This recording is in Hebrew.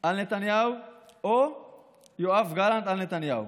על נתניהו או יואב גלנט על נתניהו?